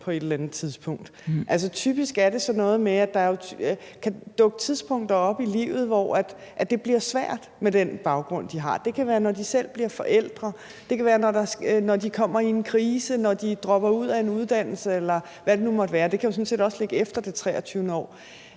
på et eller andet tidspunkt. Typisk er det sådan noget med, at der kan dukke tidspunkter op i livet, hvor det bliver svært med den baggrund, de har. Det kan være, når de selv bliver forældre, når de kommer i en krise, eller når de dropper ud af en uddannelse, eller hvad det nu måtte være. Det kan jo sådan set også ligge efter det 23. år.